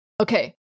Okay